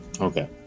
Okay